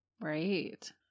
Right